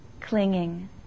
clinging